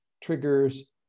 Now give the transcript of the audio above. triggers